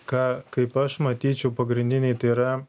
ką kaip aš matyčiau pagrindiniai tai yra